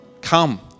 come